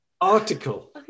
article